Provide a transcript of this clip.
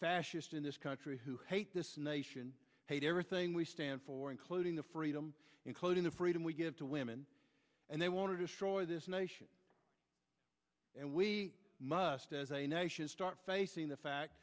fascist in this country who hate this nation hate everything we stand for including the freedom including the freedom we give to women and they want to destroy this nation and we must as a nation start facing the fact